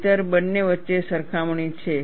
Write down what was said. નહિંતર બંને વચ્ચે સરખામણી છે